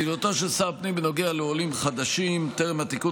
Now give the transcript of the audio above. מדיניותו של שר הפנים בנוגע לעולים חדשים טרם התיקון